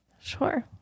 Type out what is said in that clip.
Sure